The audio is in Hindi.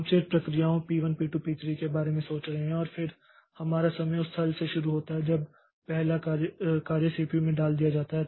हम सिर्फ प्रक्रियाओं P1 P2 और P3 के बारे में सोच रहे हैं और फिर हमारा समय उस स्थल से शुरू होता है जब पहला कार्य सीपीयू में डाल दिया जाता है